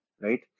right